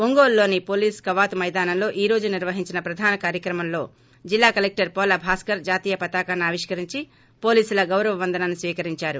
ఒంగోలులోని పోలీసు కవాతు మైదానంలో ఈ రోజు నిర్వహించిన ప్రధాన కార్యక్రమంలో జిల్లా కలెక్టర్ పోల భాస్కర్ జాతీయ పతాకాన్ని ఆవిష్కరించి పోలీసుల ్గౌరవ వందనాన్ని స్వీకరించారు